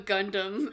Gundam